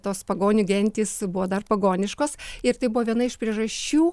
tos pagonių gentys buvo dar pagoniškos ir tai buvo viena iš priežasčių